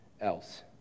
else